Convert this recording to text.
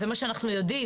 זה מה שאנחנו יודעים,